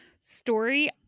story